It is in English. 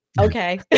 Okay